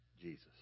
Jesus